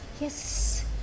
Yes